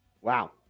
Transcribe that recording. Wow